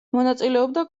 მონაწილეობდა